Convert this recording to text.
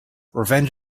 revenge